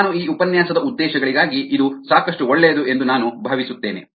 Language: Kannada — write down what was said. ನಾನು ಈ ಉಪನ್ಯಾಸದ ಉದ್ದೇಶಗಳಿಗಾಗಿ ಇದು ಸಾಕಷ್ಟು ಒಳ್ಳೆಯದು ಎಂದು ನಾನು ಭಾವಿಸುತ್ತೇನೆ